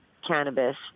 cannabis